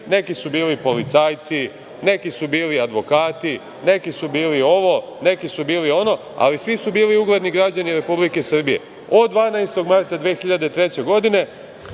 Neki su bili policajci, neki su bili advokati, neki su bili ovo, neki su bili ono, ali svi su bili ugledni građani Republike Srbije. Od 12. marta 2003. godine